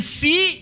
see